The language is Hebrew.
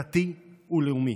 דתי ולאומי.